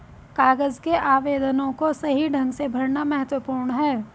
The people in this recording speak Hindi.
कागज के आवेदनों को सही ढंग से भरना महत्वपूर्ण है